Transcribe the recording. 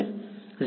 0 બરાબર